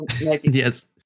yes